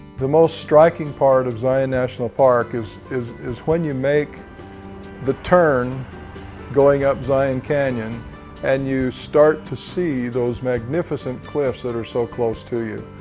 the most striking part of zion national park is is is when you make the turn going up zion canyon and you start to see those magnificent cliffs that are so close to you.